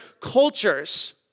cultures